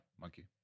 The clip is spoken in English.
monkey